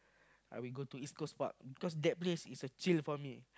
I'll go to East-Coast-Park because that place is a chill for me